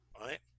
right